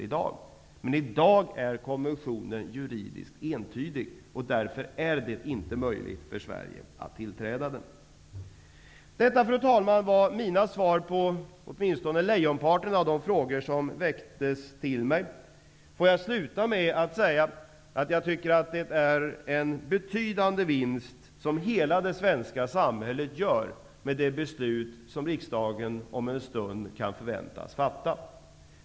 I dag är emellertid konventionen juridiskt entydig, och därför är det inte möjligt för Sverige att tillträda den. Fru talman! Detta var mina svar på åtminstone lejonparten av de frågor som ställts till mig. Får jag sluta mitt anförande med att säga att jag tycker att det är en betydande vinst som hela det svenska samhället gör med det beslut som riksdagen om en stund kan förväntas fatta.